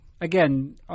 again